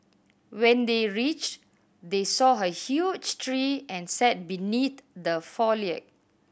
when they reached they saw a huge tree and sat beneath the foliage